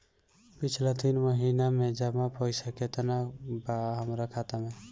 पिछला तीन महीना के जमा पैसा केतना बा हमरा खाता मे?